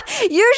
Usually